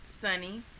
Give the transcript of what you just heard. Sunny